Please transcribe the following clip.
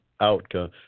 outcome